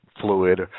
fluid